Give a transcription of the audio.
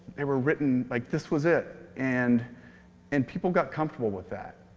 they were written like, this was it. and and people got comfortable with that.